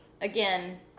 again